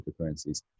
cryptocurrencies